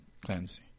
Clancy